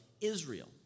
Israel